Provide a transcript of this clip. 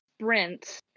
sprint